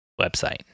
website